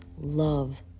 love